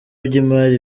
by’imari